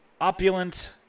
opulent